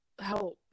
help